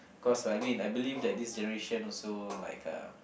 cause I mean I believe that this generation also like uh